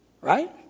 right